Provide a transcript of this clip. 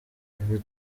ibi